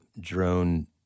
drone